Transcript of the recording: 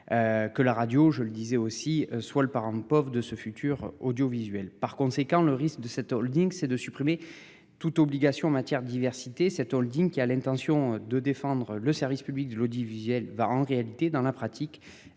Que la radio, je le disais aussi, soit le parent pauvre de ce futur audiovisuel. Par conséquent, le risque de cette Holding, c'est de supprimer toute obligation en matière diversité cette Holding qui a l'intention de défendre le service public de l'audiovisuel va en réalité dans la pratique